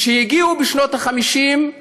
כשהגיעו בשנות ה-50,